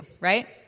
right